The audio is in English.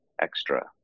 Extra